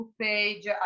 page